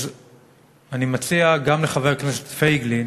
אז אני מציע גם לחבר הכנסת פייגלין